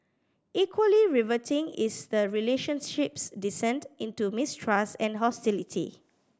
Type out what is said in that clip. equally riveting is the relationship's descent into mistrust and hostility